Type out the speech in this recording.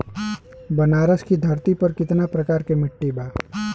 बनारस की धरती पर कितना प्रकार के मिट्टी बा?